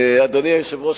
אדוני היושב-ראש,